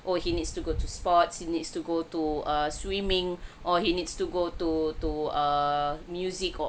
oh he needs to go to sports he needs to go to err swimming or he needs to go to to err music or